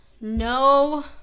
no